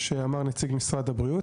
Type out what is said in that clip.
שאמר נציג משרד הבריאות.